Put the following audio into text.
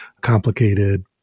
complicated